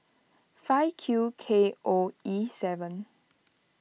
five Q K O E seven